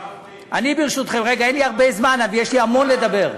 רגע, אין לי הרבה זמן, ויש לי המון לדבר.